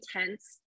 intense